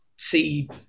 See